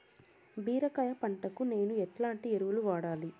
బీరకాయ పంటకు నేను ఎట్లాంటి ఎరువులు వాడాలి?